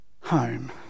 home